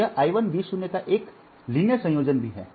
तो यह I 1 V 0 का एक रैखिक संयोजन भी है